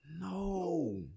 No